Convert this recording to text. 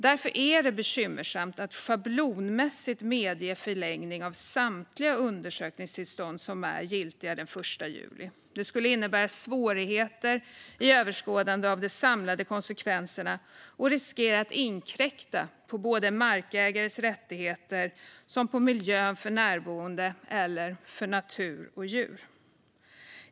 Därför är det bekymmersamt att schablonmässigt medge förlängning av samtliga undersökningstillstånd som är giltiga den 1 juli. Detta skulle innebära svårigheter i överskådandet av de samlade konsekvenserna och riskera att inkräkta både på markägares rättigheter och på miljön för närboende eller för natur och djur.